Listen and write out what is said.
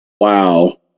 Wow